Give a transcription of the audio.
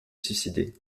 suicider